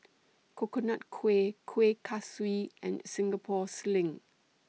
Coconut Kuih Kuih Kaswi and Singapore Sling